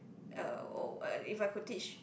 uh if I could teach